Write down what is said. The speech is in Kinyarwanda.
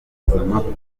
itangazamakuru